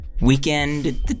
Weekend